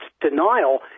denial